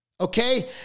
okay